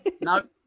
no